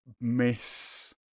miss